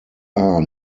are